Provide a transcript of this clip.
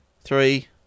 three